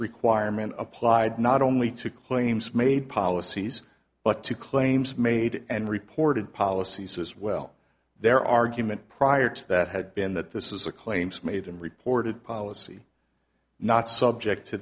requirement applied not only to claims made policies but to claims made and reported policies as well their argument prior to that had been that this is a claims made and reported policy not subject to